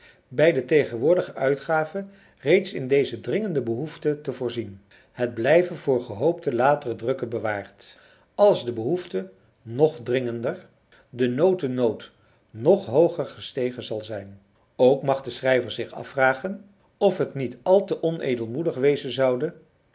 bij de tegenwoordige uitgave reeds in deze dringende behoefte te voorzien het blijve voor gehoopte latere drukken bewaard als de behoefte nog dringender de notennood nog hooger gestegen zal zijn ook mag de schrijver zich afvragen of het niet al te onedelmoedig wezen zoude